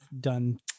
done